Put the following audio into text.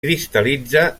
cristal·litza